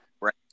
Right